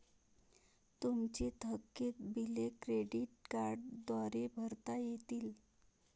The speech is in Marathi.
तुमची थकीत बिले क्रेडिट कार्डद्वारे भरता येतील